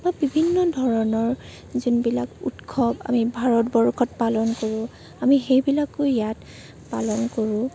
বা বিভিন্ন ধৰণৰ যোনবিলাক উৎসৱ আমি ভাৰতবৰ্ষত পালন কৰোঁ আমি সেইবিলাকো ইয়াত পালন কৰোঁ